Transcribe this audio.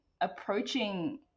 approaching